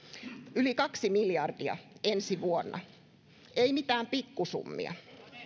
yli kaksi miljardia ensi vuonna ei mitään pikkusummia